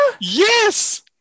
Yes